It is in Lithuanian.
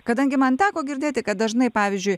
kadangi man teko girdėti kad dažnai pavyzdžiui